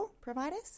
providers